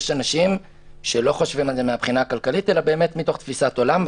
יש אנשים שלא חושבים על זה מהבחינה הכללית אלא מתוך תפיסת עולם,